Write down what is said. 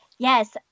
Yes